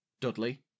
Dudley